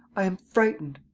i am frightened.